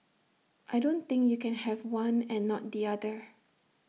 I don't think you can have one and not the other